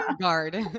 guard